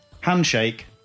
Handshake